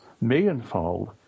millionfold